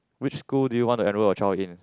which school do you want enroll your child in